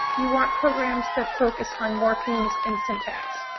you want programs that focus on morphemes and syntax.